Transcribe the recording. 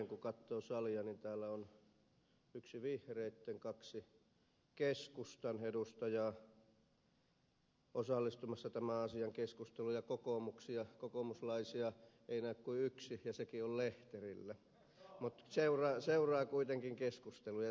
kun katsoo salia niin täällä on yksi vihreitten kaksi keskustan edustajaa osallistumassa tämän asian keskusteluun ja kokoomuslaisia ei näy kuin yksi ja sekin on lehterillä mutta seuraa kuitenkin keskustelua ja se on hyvä se